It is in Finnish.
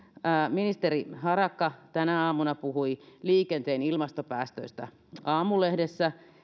ministeri harakka tänä aamuna puhui liikenteen ilmastopäästöistä aamulehdessä